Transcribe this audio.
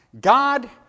God